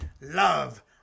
love